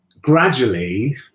gradually